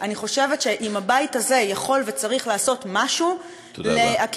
אני חושבת שאם הבית הזה יכול וצריך לעשות משהו לעקירת